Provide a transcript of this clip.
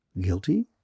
Guilty